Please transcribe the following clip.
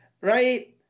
Right